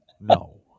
no